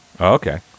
Okay